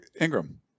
Ingram